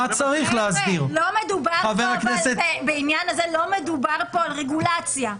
לא מדובר בעניין הזה על רגולציה,